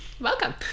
Welcome